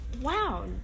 Wow